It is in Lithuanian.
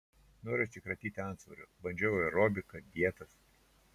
noriu atsikratyti antsvorio bandžiau aerobiką dietas